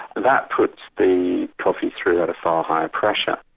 that puts the coffee through at a far higher pressure,